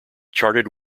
charted